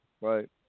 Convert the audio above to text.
Right